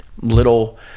little